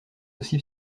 aussi